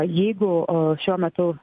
jeigu šiuo metu